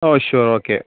oh sure okay